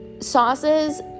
sauces